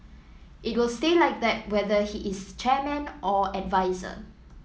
it will stay like that whether he is chairman or adviser